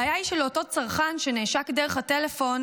הבעיה היא שלאותו צרכן, שנעשק דרך הטלפון,